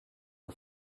are